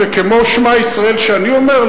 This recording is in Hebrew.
זה כמו "שמע ישראל" שאני אומר,